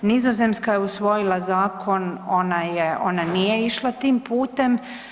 Nizozemska je usvojila zakon, ona nije išla tim putem.